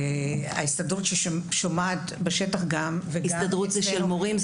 ההסתדרות ששומעת בשטח גם --- הסתדרות זה של מורים,